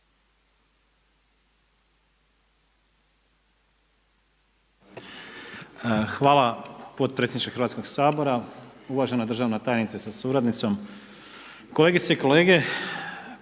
Hvala potpredsjedniče Hrvatskog sabora, uvažena državna tajnice sa suradnicom, kolegice i kolege.